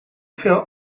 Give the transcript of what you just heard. veel